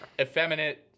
effeminate